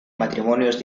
matrimonios